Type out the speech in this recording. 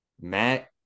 Matt